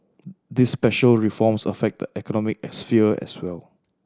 these special reforms affect the economic sphere as well